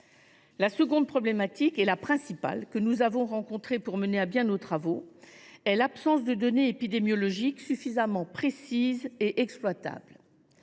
La seconde problématique, qui est la principale que nous avons rencontrée pour mener à bien nos travaux, tient à l’absence de données épidémiologiques suffisamment précises et exploitables.